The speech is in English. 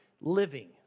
living